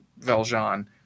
Valjean